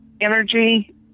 energy